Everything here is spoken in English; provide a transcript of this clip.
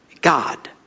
God